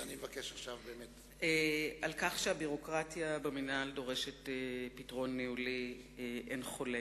על כך שהביורוקרטיה במינהל דורשת פתרון ניהולי אין חולק,